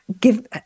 give